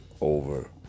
over